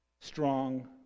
strong